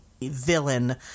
villain